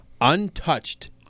untouched